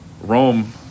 Rome